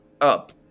up